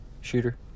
shooter